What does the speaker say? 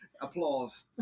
Applause